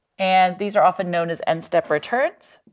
and these are often known as n step returns.